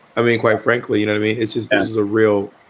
i mean, quite frankly, you know, to me, it's just that is a real.